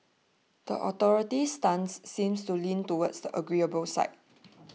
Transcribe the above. the authorities' stance seems to lean towards the agreeable side